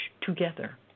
together